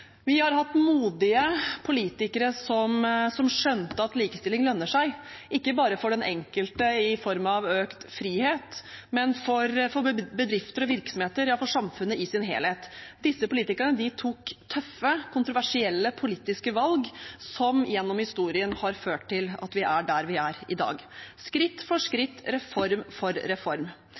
Vi har hatt modige politikere som skjønte at likestilling lønner seg, ikke bare for den enkelte i form av økt frihet, men for bedrifter og virksomheter, ja, for samfunnet i sin helhet. Disse politikerne tok tøffe, kontroversielle politiske valg som gjennom historien har ført til at vi er der vi er i dag, skritt for skritt, reform for reform